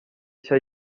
nshya